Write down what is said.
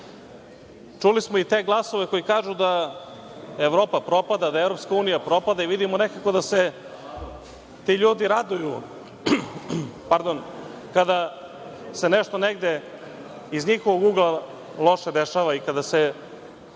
čuli smo i te glasove koji kažu da Evropa propada, da EU propada i vidimo nekako da se ti ljudi raduju kada se nešto negde iz njihovog ugla loše dešava i kada se